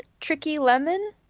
TrickyLemon